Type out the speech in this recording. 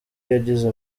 yagize